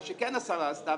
מה שכן השרה עשתה,